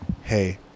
hey